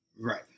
Right